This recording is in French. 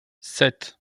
sept